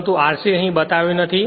પરંતુ r cઅહી બતાવ્યો નથી